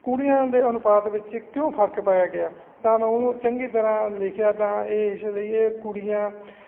ਕੁੜੀਆਂ ਦੇ ਅਨੁਪਾਤ ਵਿੱਚ ਕਿਉਂ ਫਰਕ ਪਾਇਆ ਗਿਆ ਤਾਂ ਮੈਂ ਉਹਨੂੰ ਚੰਗੀ ਤਰ੍ਹਾਂ ਲਿਖਿਆ ਤਾਂ ਇਹ ਇਸ ਲਈ ਇਹ ਕੁੜੀਆਂ